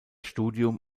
studium